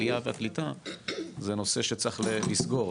עלייה והקליטה זה נושא שצריך לסגור,